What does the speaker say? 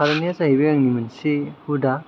खारनाया जाहैबाय आंनि मोनसे हुदा